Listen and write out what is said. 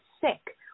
sick